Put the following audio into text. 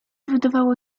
wydawało